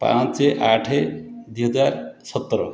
ପାଞ୍ଚ ଆଠ ଦୁଇ ହଜାର ସତର